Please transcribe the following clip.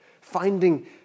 Finding